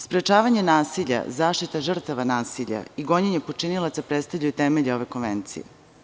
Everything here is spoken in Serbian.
Sprečavanje nasilja, zaštita žrtava nasilja i gonjenje počinilaca predstavlja temelje ove konvencije.